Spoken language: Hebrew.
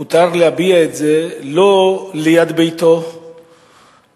מותר להביע את זה לא ליד ביתו ולא